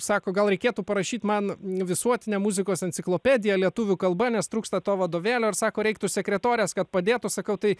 sako gal reikėtų parašyt man visuotinę muzikos enciklopediją lietuvių kalba nes trūksta to vadovėlio ir sako reiktų sekretorės kad padėtų sakau tai